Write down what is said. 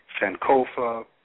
Sankofa